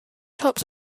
tops